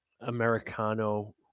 Americano